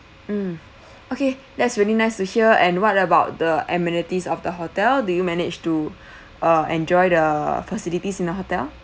mm okay that's really nice to hear and what about the amenities of the hotel do you manage to uh enjoy the facilities in the hotel